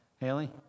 Haley